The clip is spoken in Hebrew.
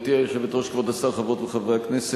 אני קובעת שהצעת החוק עברה פה אחד,